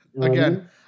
Again